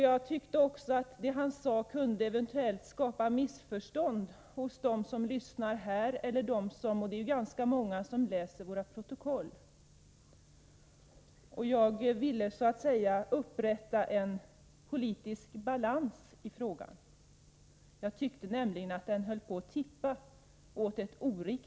Jag tyckte att också att det han sade eventuellt kunde skapa missförstånd hos dem som lyssnar på debatten eller hos dem — och de är ganska många — som läser våra protokoll. Jag ville upprätta ett slags politisk balans i frågan, eftersom jag tyckte att den höll på att tippa åt fel håll.